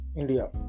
India